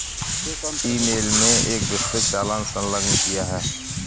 ई mail में एक विस्तृत चालान संलग्न किया है